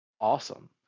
Awesome